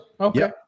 Okay